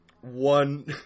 one